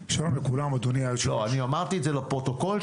אני אמרתי את זה לפרוטוקול,